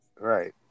Right